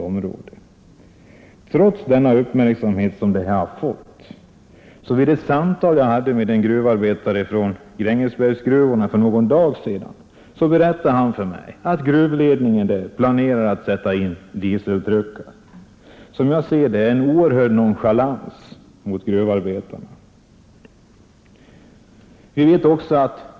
Vid ett samtal som jag hade för några dagar sedan med en gruvarbetare i Grängesbergsgruvorna berättade han, att trots den uppmärksamhet som dessa hälsorisker fått planerar gruvledningen där att sätta in dieseltruckar. Som jag ser det är detta en oerhörd nonchalans mot gruvarbetarna.